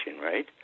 right